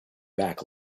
back